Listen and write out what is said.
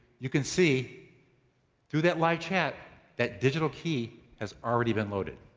you can see through that live chat that digital key has already been loaded.